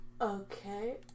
Okay